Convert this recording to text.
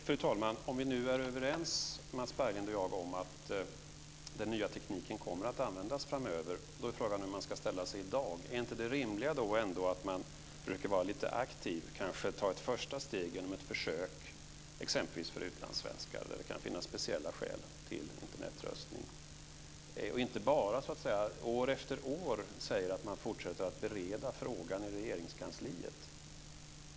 Fru talman! Om Mats Berglind och jag nu är överens om att den nya tekniken kommer att användas framöver är frågan hur man ska ställa sig i dag. Är inte det rimliga då att man brukar vara lite aktiv och kanske ta ett första steg genom ett försök, exempelvis för utlandssvenskar, där det kan finnas speciella skäl till Internetröstning, och inte bara år efter år säga att man fortsätter att bereda frågan i Regeringskansliet.